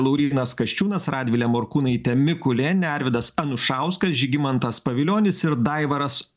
laurynas kasčiūnas radvilė morkūnaitė mikulėnienė arvydas anušauskas žygimantas pavilionis ir daivaras